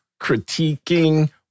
critiquing